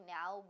now